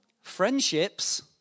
Friendships